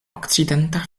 okcidenta